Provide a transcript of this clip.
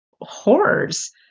horrors